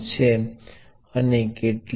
આ Ixછે અને આ RmIx છે